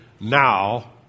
now